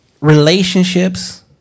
relationships